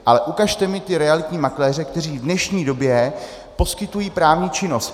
Ale ukažte mi ty realitní makléře, kteří v dnešní době poskytují právní činnost.